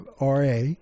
RA